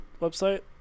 Website